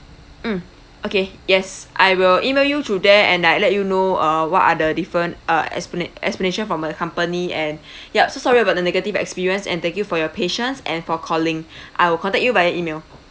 mm okay yes I will E-mail you through there and I let you know uh what are the different uh explana~ explanation from the company and yup so sorry about the negative experience and thank you for your patience and for calling I will contact you via E-mail